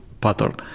pattern